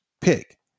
pick